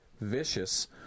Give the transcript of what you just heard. Vicious